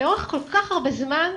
לאורך כל כך הרבה זמן,